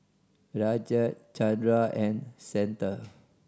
Rajat Chandra and Santha